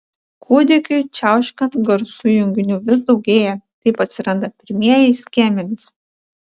kūdikiui čiauškant garsų junginių vis daugėja taip atsiranda pirmieji skiemenys